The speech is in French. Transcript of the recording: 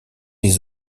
les